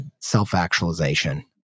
self-actualization